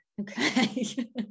Okay